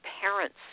parents